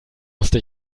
musste